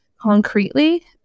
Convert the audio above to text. concretely